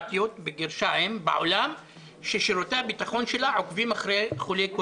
בקורונה אלא בגלל שזה מקביל לך לעניין של הפגנות,